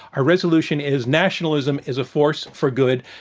our resolution is nationalism is a force for good.